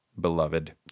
Beloved